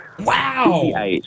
Wow